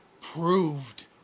proved